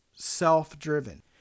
self-driven